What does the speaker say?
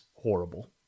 horrible